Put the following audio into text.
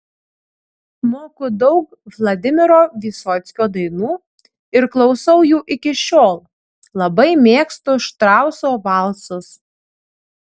moku daug vladimiro vysockio dainų ir klausau jų iki šiol labai mėgstu štrauso valsus